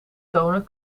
tonen